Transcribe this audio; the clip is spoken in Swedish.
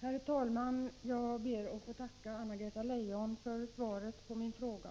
Herr talman! Jag ber att få tacka Anna-Greta Leijon för svaret på min fråga.